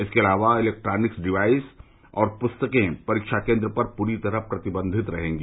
इसके अलावा electronics devices और पुस्तकें परीक्षा केन्द्र पर पूरी तरह प्रतिबंधित रहेंगी